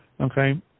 Okay